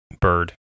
bird